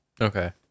Okay